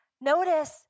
Notice